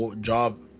job